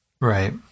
Right